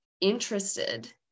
interested